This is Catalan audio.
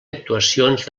actuacions